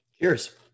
Cheers